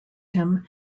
him